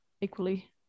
equally